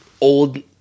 old